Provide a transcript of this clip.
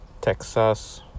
Texas